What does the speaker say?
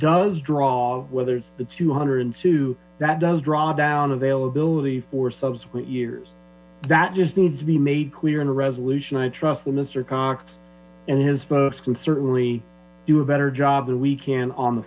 does draw whether the two hundred and two that does draw down availability for subsequent years that just needs to be made clear in a resolution i trust with mister cox and his folks can certainly do a better job than we can on the